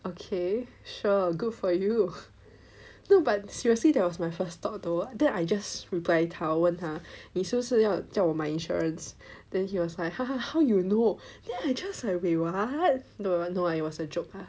ok sure good for you no but seriously that was my first thought though then I just reply 他我问他你是不是要叫我买 insurance then he was like how you know then I just like wait what no ah no lah it was a joke lah